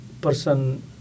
person